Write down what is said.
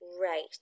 Right